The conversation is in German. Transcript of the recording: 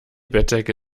bettdecke